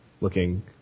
looking